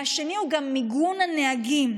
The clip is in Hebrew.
והשני הוא גם מיגון הנהגים.